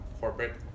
corporate